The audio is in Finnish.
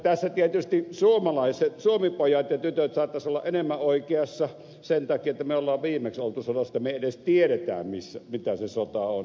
tässä tietysti suomalaiset suomipojat ja tytöt saattaisivat olla enemmän oikeassa sen takia että me olemme viimeksi olleet sodassa että me edes tiedämme mitä se sota on